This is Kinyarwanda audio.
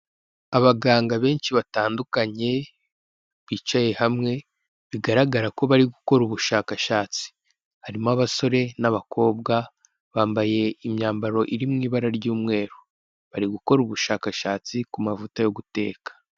Abaganga benshi batandukanye bicaye hamwe bigaragara ko bari gukora ubushakashatsi harimo abasore n'abakobwa bambaye imyambaro iri mu ibara ry'umweru. Bari gukora ubushakashatsi ku mavuta yo guteka.